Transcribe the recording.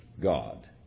God